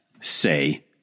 say